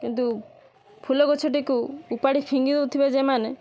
କିନ୍ତୁ ଫୁଲଗଛଟିକୁ ଉପାଡ଼ି ଫିଙ୍ଗି ଦଉଥିବା ଯେ ମାନେ